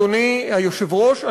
אדוני היושב-ראש,